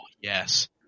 yes